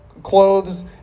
Clothes